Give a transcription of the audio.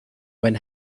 when